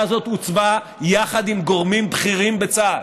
הזאת עוצבה יחד עם גורמים בכירים בצה"ל.